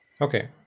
Okay